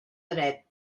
dret